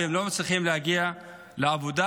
והם לא מצליחים להגיע לעבודה,